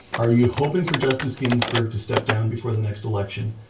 are you hoping for justice ginsburg to step down before the next election,